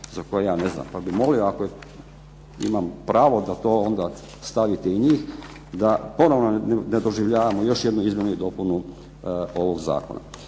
za koje ja ne znam, pa bih molio ako imam pravo da stavite i njih da ponovno ne doživljavamo još jednu izmjenu i dopunu ovog Zakona.